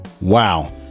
Wow